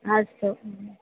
अस्तु